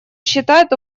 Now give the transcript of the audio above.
считает